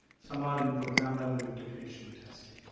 some are in program level integration tests.